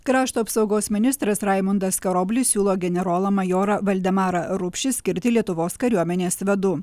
krašto apsaugos ministras raimundas karoblis siūlo generolą majorą valdemarą rupšį skirti lietuvos kariuomenės vadu